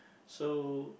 so